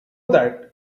that